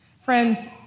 Friends